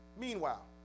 Meanwhile